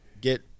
get